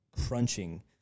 crunching